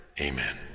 Amen